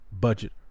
budget